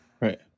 Right